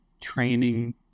training